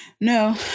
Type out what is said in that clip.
No